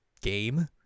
game